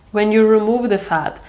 when you remove the fat,